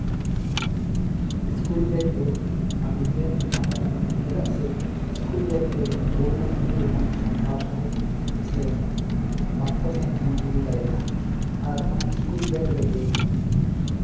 school bag ᱫᱚ ᱟᱹᱰᱤᱜᱮ ᱱᱟᱯᱟᱭᱟ ᱪᱮᱫᱟᱜ ᱥᱮ ᱥᱠᱩᱞ ᱵᱮᱜᱽᱛᱮ ᱵᱳᱭ ᱵᱚᱱ ᱤᱫᱤ ᱞᱮᱠᱷᱟᱱ ᱥᱟᱢᱴᱟᱣ ᱥᱟᱺᱦᱤᱡ ᱥᱮ ᱵᱟᱠᱛᱚ ᱥᱟᱺᱦᱤᱡ ᱵᱚᱱ ᱤᱫᱤ ᱫᱟᱲᱮᱭᱟᱜᱼᱟ ᱟᱨ ᱚᱱᱟ ᱥᱠᱩᱞ ᱵᱮᱜᱽ ᱨᱮᱜᱮ